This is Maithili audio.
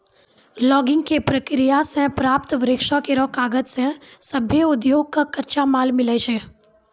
लॉगिंग क प्रक्रिया सें प्राप्त वृक्षो केरो कागज सें सभ्भे उद्योग कॅ कच्चा माल मिलै छै